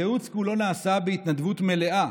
הייעוץ כולו נעשה בהתנדבות מלאה,